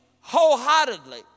wholeheartedly